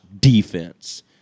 defense